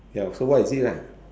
ya so what is it lah